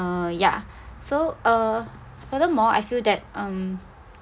uh ya so uh furthermore I feel that um